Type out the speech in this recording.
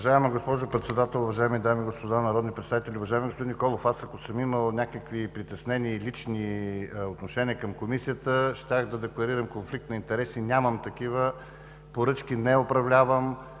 Уважаема госпожо Председател, уважаеми дами и господа народни представители! Уважаеми господин Николов, ако аз съм имал някакви притеснения и лични отношения към Комисията, щях да декларирам конфликт на интереси. Нямам такива. Поръчки не управлявам.